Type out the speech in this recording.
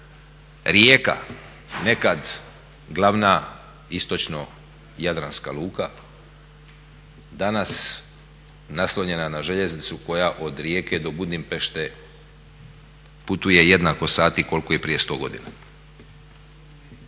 Rijeka nekad glavna istočno jadranska luka danas naslonjena na željeznicu koja od Rijeke do Budimpešte putuje jednako sati koliko i prije 100 godina.